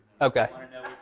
okay